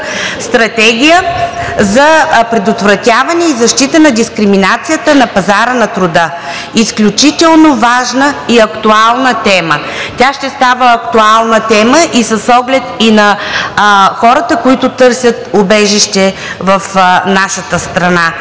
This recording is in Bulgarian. стратегия за предотвратяване и защита от дискриминацията на пазара на труда. Изключително важна и актуална тема. Тя ще става актуална тема и с оглед на хората, които търсят убежище в нашата страна.